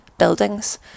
buildings